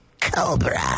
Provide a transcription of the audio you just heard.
Cobra